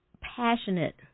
passionate